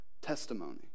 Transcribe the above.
testimony